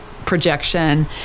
Projection